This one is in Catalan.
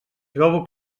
trobo